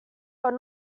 but